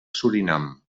surinam